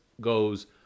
goes